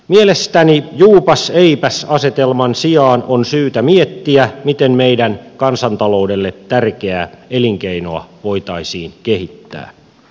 mielestäni juupaseipäs asetelman sijaan on syytä miettiä miten meidän kansantaloudellemme tärkeää elinkeinoa voitaisiin kehittää